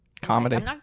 Comedy